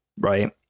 right